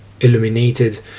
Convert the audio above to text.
Illuminated